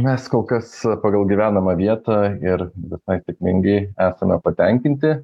mes kol kas pagal gyvenamą vietą ir visai sėkmingai esame patenkinti